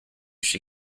she